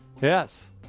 Yes